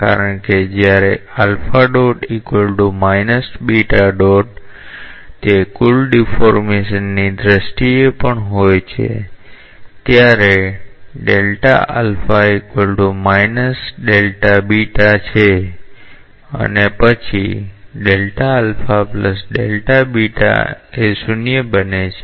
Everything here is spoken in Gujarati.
કારણ કે જ્યારે તે કુલ ડીફૉર્મેશનની દ્રષ્ટિએ પણ હોય છે ત્યારે છે અને પછી એ 0 બને છે